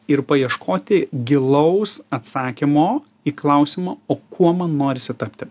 ir paieškoti gilaus atsakymo į klausimą o kuo man norisi tapti